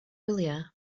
wyliau